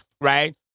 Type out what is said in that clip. Right